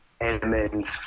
elements